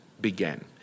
began